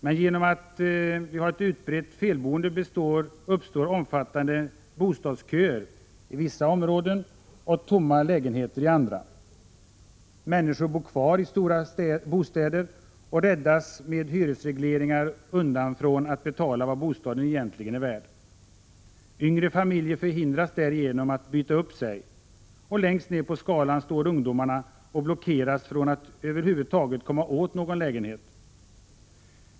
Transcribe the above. Men genom ett utbrett felboende uppstår omfattande bostadsköer i vissa områden och tomma lägenheter i andra. Människor bor kvar i stora bostäder och räddas med hyresregleringar undan från att betala vad bostaden egentligen är värd. Yngre familjer hindras därigenom att byta upp sig. Längst ned på skalan står ungdomarna och blockeras från att över huvud taget komma åt någon lägenhet.